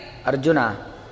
Arjuna